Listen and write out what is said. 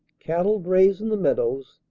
cattle graze in the meadows.